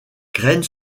graines